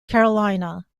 carolina